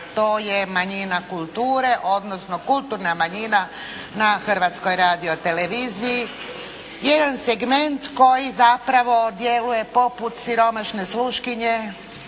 to je manjina kulture odnosno kulturna manjina na Hrvatskoj radio televiziji, jedan segment koji zapravo djeluje poput siromašne sluškinje